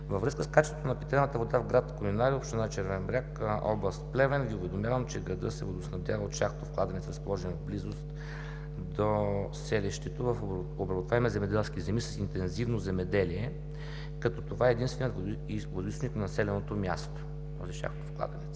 Във връзка с качеството на питейната вода в град Койнаре, община Червен бряг, област Плевен Ви уведомявам, че градът се водоснабдява от шахтов кладенец, разположен в близост до селището в обработваеми земеделски земи с интензивно земеделие, като това е единственият водоизточник в населеното място – този шахтов кладенец.